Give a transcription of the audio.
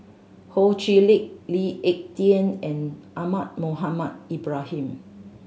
Ho Chee Lick Lee Ek Tieng and Ahmad Mohamed Ibrahim